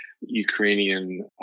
Ukrainian